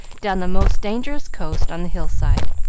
down the most dangerous coast on the hill-side.